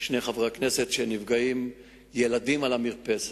שני חברי הכנסת, שנפגעים ילדים על המרפסת.